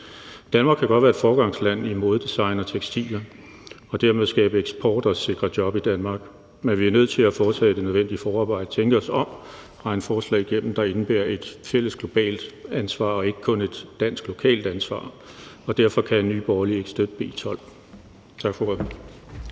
Danmark kan godt være et foregangsland i modedesign og tekstiler og dermed skabe eksport og sikre job i Danmark, men vi er nødt til at foretage det nødvendige forarbejde og tænke os om og regne forslag igennem, der indebærer et fælles globalt ansvar og ikke kun et dansk lokalt ansvar. Derfor kan Nye Borgerlige ikke støtte B 12. Tak for ordet.